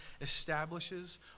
establishes